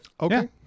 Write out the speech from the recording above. Okay